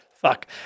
Fuck